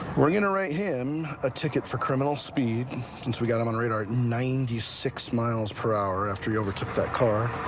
we're going to write him a ticket for criminal speed, since we got him on radar at ninety six miles per hour, after he overtook that car.